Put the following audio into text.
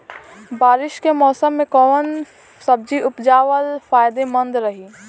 बारिश के मौषम मे कौन सब्जी उपजावल फायदेमंद रही?